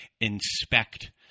inspect